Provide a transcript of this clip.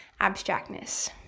abstractness